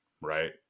right